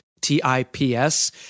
T-I-P-S